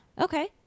okay